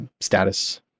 status